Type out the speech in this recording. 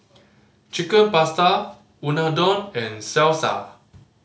Chicken Pasta Unadon and Salsa